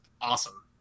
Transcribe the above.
awesome